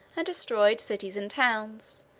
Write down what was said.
and destroyed cities and towns,